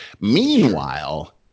meanwhile